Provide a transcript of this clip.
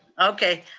okay,